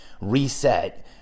reset